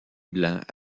blanc